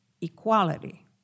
Equality